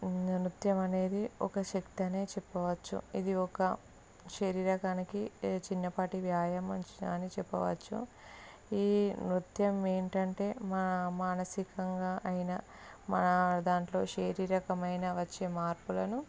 నృత్యం అనేది ఒక శక్తనే చెప్పవచ్చు ఇది ఒక శరీరానికి లేదా చిన్నపాటి వ్యాయామం అని చెప్పవచ్చు ఈ నృత్యం ఏంటంటే మా మానసికంగా అయిన మన దాంట్లో శారీరకమైన వచ్చే మార్పులను